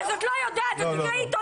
אז את לא יודעת, אז תקראי עיתונים.